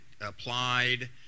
applied